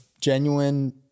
genuine